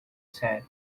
said